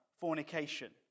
fornication